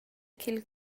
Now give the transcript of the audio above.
ch’il